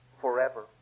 forever